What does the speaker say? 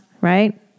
right